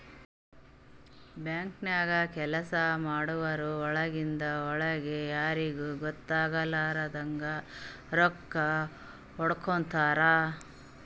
ಬ್ಯಾಂಕ್ದಾಗ್ ಕೆಲ್ಸ ಮಾಡೋರು ಒಳಗಿಂದ್ ಒಳ್ಗೆ ಯಾರಿಗೂ ಗೊತ್ತಾಗಲಾರದಂಗ್ ರೊಕ್ಕಾ ಹೊಡ್ಕೋತಾರ್